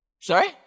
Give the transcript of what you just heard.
Sorry